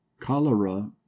Cholera